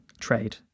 trade